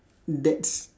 that's